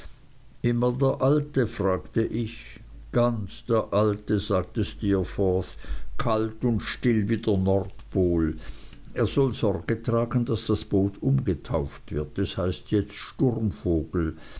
immer der alte fragte ich ganz der alte sagte steerforth kalt und still wie der nordpol er soll sorge tragen daß das boot umgetauft wird es heißt jetzt sturmvogel